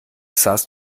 sahst